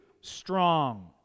strong